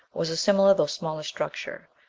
was a similar though smaller structure.